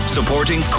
Supporting